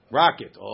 rocket